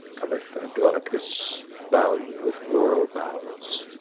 cometh andronicus, bound with laurel boughs,